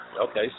okay